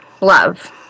love